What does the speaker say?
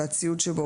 והציוד שבו,